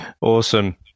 Awesome